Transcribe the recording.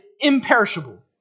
imperishable